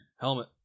Helmet